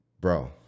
bro